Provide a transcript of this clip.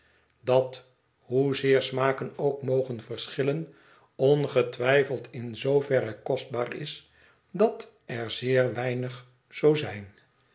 dat hoezeer smaken ook mogen verschillen ongetwijfeld in zooverre kostbaar is dat er zeer weinig zoo zijn